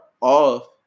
off